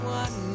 one